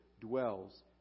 dwells